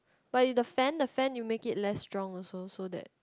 but the fan the fan you make it less strong also so that